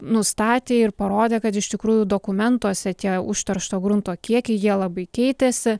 nustatė ir parodė kad iš tikrųjų dokumentuose tie užteršto grunto kiekiai jie labai keitėsi